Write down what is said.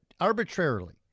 arbitrarily